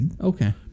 Okay